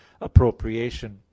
appropriation